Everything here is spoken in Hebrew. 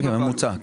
ממוצע.